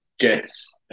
Jets